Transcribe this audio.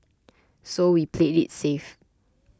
so we played it safe